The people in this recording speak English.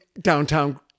downtown